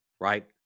right